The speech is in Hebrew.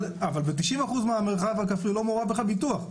אבל בתשעים אחוז מהמרחב הכפרי לא מעורב בכלל ביטוח.